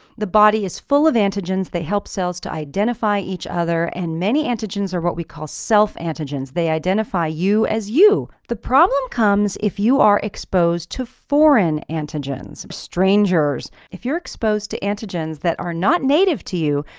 the body is full of antigens, they help cells to identify each other and many antigens are what we call self antigens. they identify you as you! the problem comes if you are exposed to foreign antigens. strangers. if you're exposed to antigens that are not native to you,